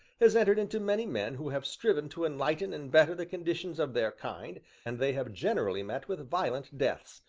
has entered into many men who have striven to enlighten and better the conditions of their kind, and they have generally met with violent deaths,